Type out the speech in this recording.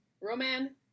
Roman